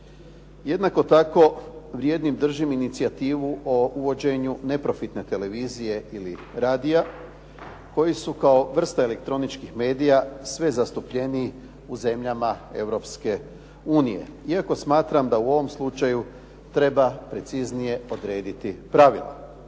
Jednako tako vrijednim držim inicijativu o uvođenju neprofitne televizije ili radija koji su kao vrsta elektroničkih medija sve zastupljeniji u zemljama Europske unije, iako smatram da u ovom slučaju treba preciznije odrediti pravila.